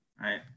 right